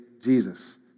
Jesus